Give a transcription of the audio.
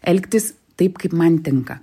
elgtis taip kaip man tinka